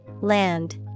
land